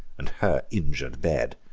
and her injur'd bed.